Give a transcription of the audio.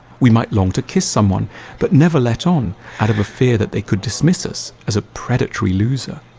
we might long to kiss someone but never let on out of a fear that they could dismiss us as a predatory loser.